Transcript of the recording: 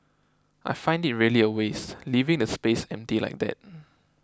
I find it really a waste leaving the space empty like that